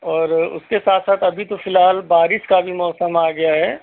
उसके साथ साथ अभी तो फिलहाल बारिश का भी मौसम आ गया है